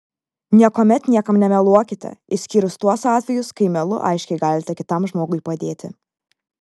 niekuomet niekam nemeluokite išskyrus tuos atvejus kai melu aiškiai galite kitam žmogui padėti